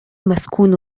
مسكون